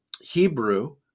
Hebrew